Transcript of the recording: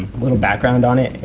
little background on it,